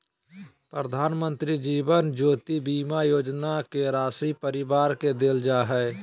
प्रधानमंत्री जीवन ज्योति बीमा योजना के राशी परिवार के देल जा हइ